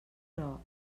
però